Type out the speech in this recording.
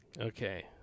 okay